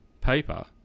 paper